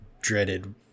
dreaded